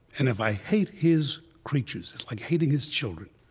and if i hate his creatures, it's like hating his children,